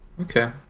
Okay